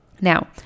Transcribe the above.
Now